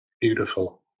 Beautiful